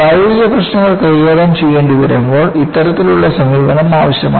പ്രായോഗിക പ്രശ്നങ്ങൾ കൈകാര്യം ചെയ്യേണ്ടിവരുമ്പോൾ ഇത്തരത്തിലുള്ള സമീപനം ആവശ്യമാണ്